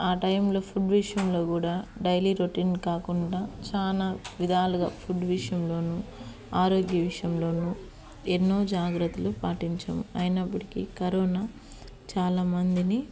ఆ టైమ్లో ఫుడ్ విషయంలో కూడా డైలీ రొటీన్ కాకుండా చాలా విధాలుగా ఫుడ్ విషయంలోనూ ఆరోగ్య విషయంలోనూ ఎన్నో జాగ్రత్తలు పాటించాము అయినప్పటికీ కరోనా చాలా మందిని